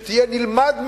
נלמד מהם,